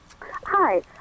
Hi